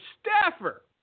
staffer